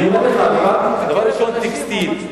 אני אומר לך, הדבר הראשון, טקסטיל.